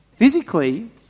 Physically